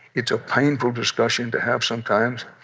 it's a painful discussion to have sometimes.